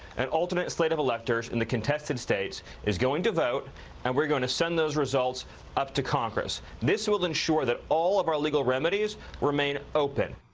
an alternate slate of electors in the contested states is going to vote and we're going to send those results up to congress. this will ensure that all of our legal remedies remain open.